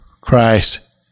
Christ